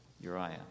Uriah